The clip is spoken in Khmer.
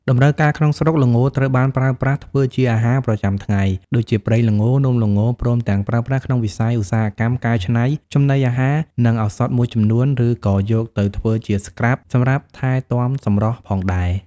តម្រូវការក្នុងស្រុក ល្ងត្រូវបានប្រើប្រាស់ធ្វើជាអាហារប្រចាំថ្ងៃ ដូចជាប្រេងល្ង នំល្ង ព្រមទាំងប្រើប្រាស់ក្នុងវិស័យឧស្សាហកម្មកែច្នៃចំណីអាហារ និងឱសថមួយចំនួន ឬក៏យកទៅធ្វើជាស្រ្កាប់សម្រាប់ថែទាំសម្រស់ផងដែរ។